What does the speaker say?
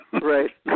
Right